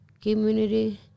community